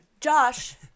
Josh